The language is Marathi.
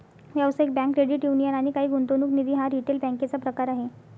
व्यावसायिक बँक, क्रेडिट युनियन आणि काही गुंतवणूक निधी हा रिटेल बँकेचा प्रकार आहे